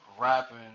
rapping